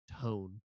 tone